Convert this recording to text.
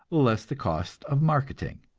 less the cost of marketing.